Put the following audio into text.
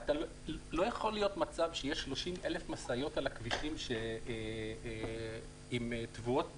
לא יכול להיות מצב שיש 30,000 משאיות על הכבישים עם תבואות דרומה,